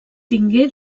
tingué